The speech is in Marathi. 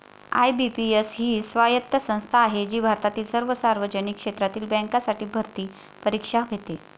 आय.बी.पी.एस ही स्वायत्त संस्था आहे जी भारतातील सर्व सार्वजनिक क्षेत्रातील बँकांसाठी भरती परीक्षा घेते